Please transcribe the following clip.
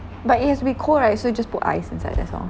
but it has to be cold right so you just put ice inside that's all